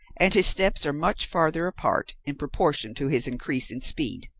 and his steps are much farther apart in proportion to his increase in speed.